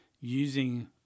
using